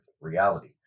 reality